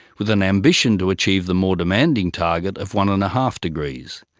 with an ambition to achieve the more demanding target of one and a half degrees.